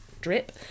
drip